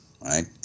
right